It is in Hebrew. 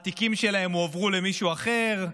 התיקים שלהם הועברו למישהו אחר,